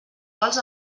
quals